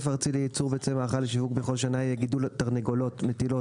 ארצי לייצור ביצי מאכל לשיווק בכל שנה יהיה גידול תרנגולות מטילות